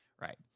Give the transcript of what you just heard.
right